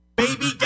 baby